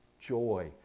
joy